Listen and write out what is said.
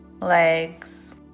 legs